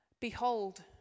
Behold